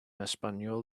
español